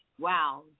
wow